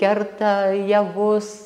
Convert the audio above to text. kerta javus